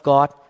God